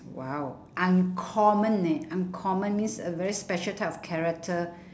!wow! uncommon leh uncommon means a very special type of character